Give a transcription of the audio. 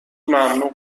ممنوع